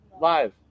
Live